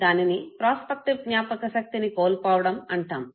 దానిని ప్రాస్పెక్టివ్ జ్ఞాపకశక్తిని కోల్పోవడం అంటాము